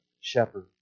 shepherd